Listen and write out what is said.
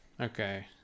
Okay